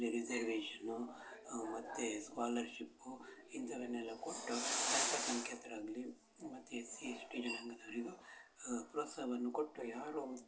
ಅಲ್ಲಿ ರೆಝರ್ವೇಶನ್ನು ಮತ್ತೆ ಸ್ಕಾಲರ್ಶಿಪ್ಪು ಇಂತವನ್ನೆಲ್ಲ ಕೊಟ್ಟು ಅಲ್ಪ ಸಂಖ್ಯಾತರಾಗಲಿ ಮತ್ತೆ ಎಸ್ ಸಿ ಎಸ್ ಟಿ ಜನಾಂಗದವರಿಗು ಪ್ರೋತ್ಸಾಹವನ್ನು ಕೊಟ್ಟು ಯಾರು